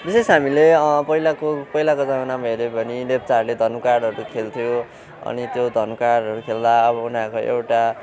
विशेष हामीले पहिलाको पहिलाको जमानामा हेऱ्यौँ भने लेप्चाहरूले धनुकाँडहरू खेल्थ्यो अनि त्यो धनुकाँडहरू खेल्दा अब उनीहरूको एउटा